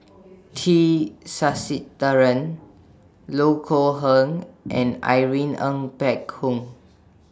T Sasitharan Loh Kok Heng and Irene Ng Phek Hoong